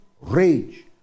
rage